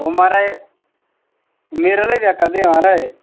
ओह् महाराज मेरे ने बी आक्खा दे हे महाराज